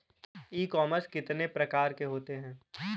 ई commerce कितने प्रकार के होते हैं?